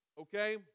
okay